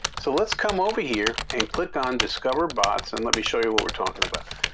so let's come over here and click on discover bots and let me show you what we're talking about.